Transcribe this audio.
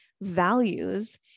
values